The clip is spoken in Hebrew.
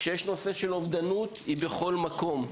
כשיש נושא של אובדנות הכי בכל מקום.